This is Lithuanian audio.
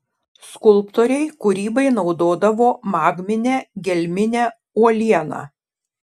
skulptoriai kūrybai naudodavo magminę gelminę uolieną